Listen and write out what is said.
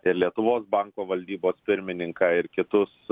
ir lietuvos banko valdybos pirmininką ir kitus